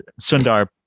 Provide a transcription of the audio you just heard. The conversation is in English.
Sundar